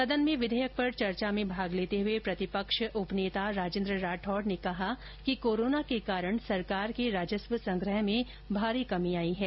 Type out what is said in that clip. सदन में विधेयक पर चर्चा में भाग लेते हुए प्रतिपक्ष उप नेता राजेन्द्र राठौड़ ने कहा कि कोरोना के कारण सरकार के राजस्व संग्रह में भारी कमी आई है